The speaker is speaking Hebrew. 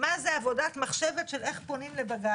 מה זאת עבודת מחשבת של איך פונים לבג"ץ,